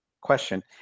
question